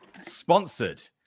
sponsored